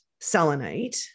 selenite